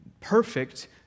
perfect